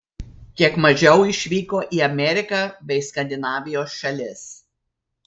kiek mažiau išvyko į ameriką bei skandinavijos šalis